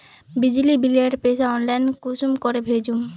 बिजली बिलेर पैसा ऑनलाइन कुंसम करे भेजुम?